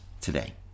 today